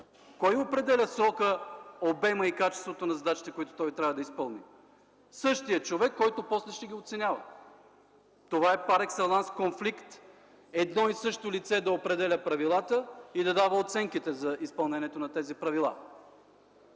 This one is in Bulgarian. Кой определя срока, обема и качеството на задачите, които той трябва да изпълни? Същият човек, който после ще ги оценява. Това е пар екселанс конфликт – едно и също лице да определя правилата и да дава оценките за изпълнението на тези правила!